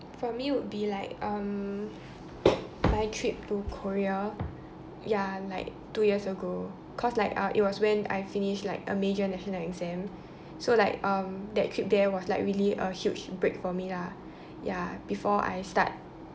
for me would be like um my trip to Korea ya like two years ago cause like uh it was when I finished like a major national exam so like um that trip there was like really a huge break for me lah ya before I start